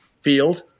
field